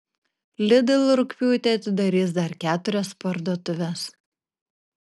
lidl rugpjūtį atidarys dar keturias parduotuves